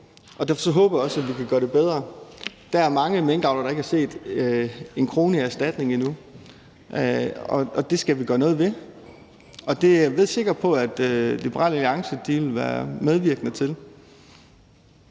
Og derfor håber jeg også, at vi kan gøre det bedre. Der er mange minkavlere, der ikke har set en krone i erstatning endnu, og det skal vi gøre noget ved. Og det er jeg sikker på at Liberal Alliance vil være medvirkende til.